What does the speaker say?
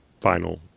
final